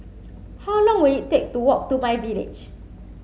how long will it take to walk to myVillage